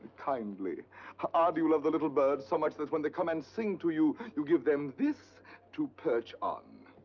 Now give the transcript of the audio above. kindly ah, do you love the little birds so much that when they come and sing to you, you give them this to perch on?